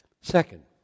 Second